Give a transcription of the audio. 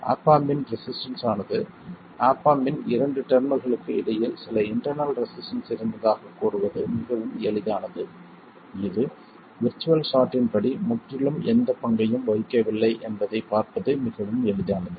app amp இன் resistance ஆனது op amp இன் இரண்டு டெர்மினல்களுக்கு இடையில் சில இன்டெர்னல் ரெசிஸ்டன்ஸ் இருந்ததாகக் கூறுவது மிகவும் எளிதானது இது விர்ச்சுவல் ஷார்ட்டின் படி முற்றிலும் எந்தப் பங்கையும் வகிக்கவில்லை என்பதைப் பார்ப்பது மிகவும் எளிதானது